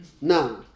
Now